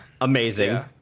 Amazing